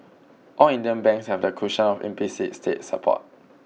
all Indian banks have the cushion of implicit state support